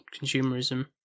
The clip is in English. consumerism